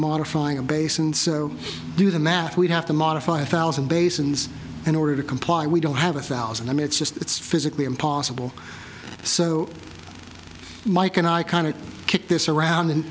modifying a basin so do the math we'd have to modify a thousand basins in order to comply we don't have a thousand i mean it's just it's physically impossible so mike and i kind of kick this around